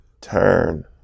turn